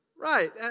Right